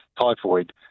typhoid